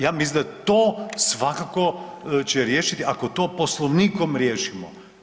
Ja mislim da to svakako će riješiti ako to Poslovnikom riješimo.